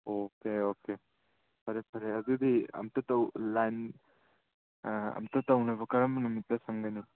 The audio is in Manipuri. ꯑꯣꯀꯦ ꯑꯣꯀꯦ ꯐꯔꯦ ꯐꯔꯦ ꯑꯗꯨꯗꯤ ꯑꯝꯇ ꯂꯥꯏꯟ ꯑꯝꯇ ꯇꯧꯅꯕ ꯀꯔꯝꯕ ꯅꯨꯃꯤꯠꯇ ꯁꯪꯒꯅꯤ